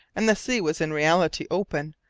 and the sea was in reality open,